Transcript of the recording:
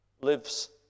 lives